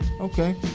okay